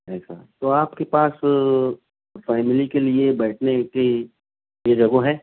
ایسا تو آپ کے پاس فیملی کے لیے بیٹھنے کی دو جگہ ہے